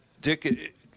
Dick